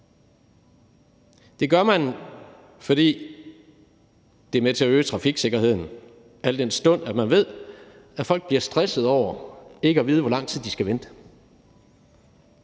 Det gør man, fordi det er med til at øge trafiksikkerheden, al den stund at man ved, at folk bliver stresset over ikke at vide, hvor lang tid de skal vente.